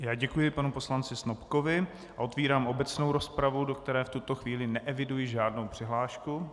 Já děkuji panu poslanci Snopkovi a otevírám obecnou rozpravu, do které v tuto chvíli neeviduji žádnou přihlášku.